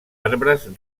arbres